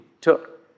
took